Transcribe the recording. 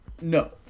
no